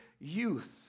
youth